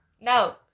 No